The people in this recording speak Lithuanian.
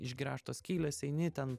išgręžtos skylės eini ten